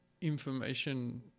information